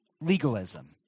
legalism